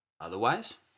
Otherwise